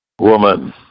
woman